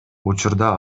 учурда